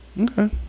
Okay